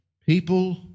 people